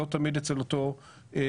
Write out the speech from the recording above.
לא תמיד אצל אותו מעסיק.